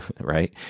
right